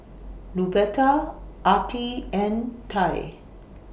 Luberta Attie and Ty